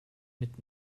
mit